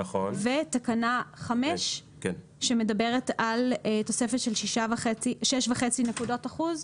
וכן תקנה 5 שמדברת על שש וחצי נקודות אחוז?